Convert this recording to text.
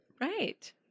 Right